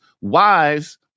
wives